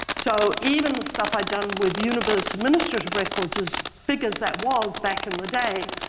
so, even the stuff i've done with universe administrative records, as big as that was back in the day,